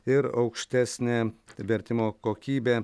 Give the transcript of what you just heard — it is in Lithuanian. ir aukštesnė vertimo kokybė